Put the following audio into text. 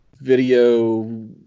video